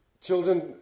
Children